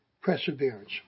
perseverance